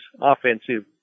offensive